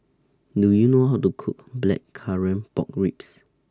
Do YOU know How to Cook Blackcurrant Pork Ribs